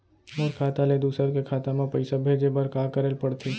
मोर खाता ले दूसर के खाता म पइसा भेजे बर का करेल पढ़थे?